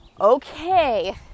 okay